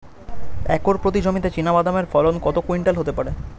Acre প্রতি জমিতে চীনাবাদাম এর ফলন কত কুইন্টাল হতে পারে?